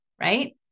right